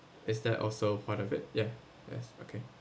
is that also part of it ya yes okay